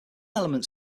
elements